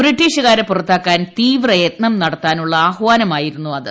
ബ്രിട്ടീഷ്കാരെ പുറത്താക്കാൻ തീവ്രയത്നം നടത്താനുള്ള ആഹാനമായിരുന്നു അത്